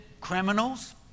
criminals